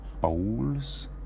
bowls